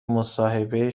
مصاحبه